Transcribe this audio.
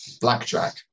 blackjack